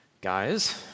Guys